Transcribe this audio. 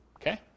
okay